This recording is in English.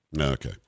Okay